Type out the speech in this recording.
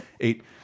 eight